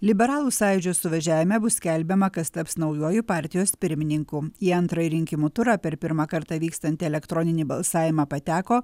liberalų sąjūdžio suvažiavime bus skelbiama kas taps naujuoju partijos pirmininku į antrąjį rinkimų turą per pirmą kartą vykstantį elektroninį balsavimą pateko